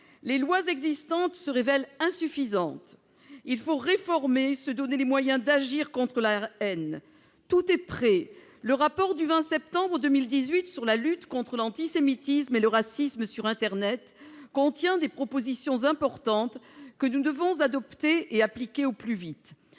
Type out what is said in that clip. Les lois existantes se révèlent insuffisantes. Il faut réformer, se donner les moyens d'agir contre la haine. Tout est prêt. Le rapport du 20 septembre 2018 visant à renforcer la lutte contre le racisme et l'antisémitisme sur internet contient des propositions importantes, que nous devons adopter et appliquer au plus vite